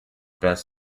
best